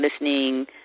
listening